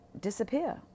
disappear